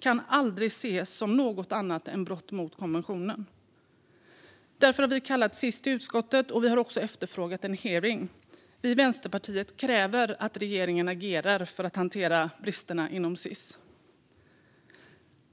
kan aldrig ses som något annat än ett brott mot konventionen. Därför har vi kallat Sis till socialutskottet, och vi har också efterfrågat en hearing. Vi i Vänsterpartiet kräver att regeringen agerar för att hantera bristerna inom Sis.